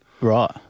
right